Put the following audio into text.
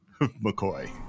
McCoy